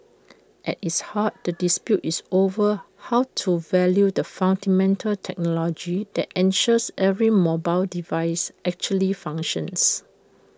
at its heart the dispute is over how to value the fundamental technology that ensures every mobile device actually functions